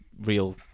real